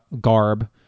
garb